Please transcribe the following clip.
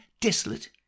desolate